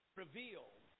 revealed